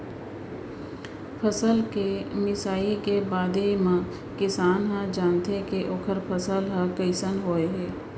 फसल के मिसाई के बादे म किसान ह जानथे के ओखर फसल ह कइसन होय हे